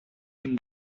him